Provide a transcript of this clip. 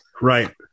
Right